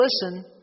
listen